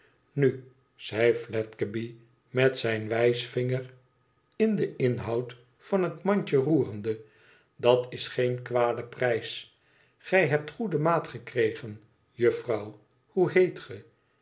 nu zei fledgeby met zijn wijsvinger in den inhoud van het mandje roerende dat is geen kwade prijs gij hebt goede maat gekregen juffrouw hoe heet ge